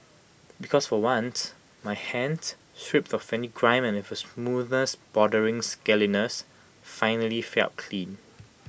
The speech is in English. because for once my hands stripped of any grime and with A smoothness bordering scaliness finally felt clean